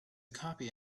copy